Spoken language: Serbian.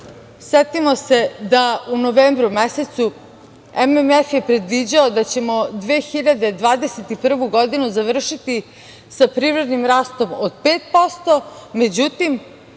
Setimo se da u novembru mesecu, MMF je predviđao da ćemo 2021. godinu završiti sa privrednim rastom od 5%, međutim